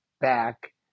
back